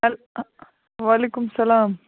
وعلیکُم السلام